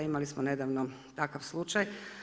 Imali smo nedavno takav slučaj.